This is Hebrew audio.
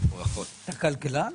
אתה כלכלן?